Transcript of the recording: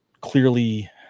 clearly